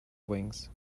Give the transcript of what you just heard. wings